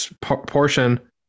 portion